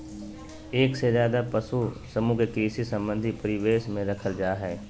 एक से ज्यादे पशु समूह के कृषि संबंधी परिवेश में रखल जा हई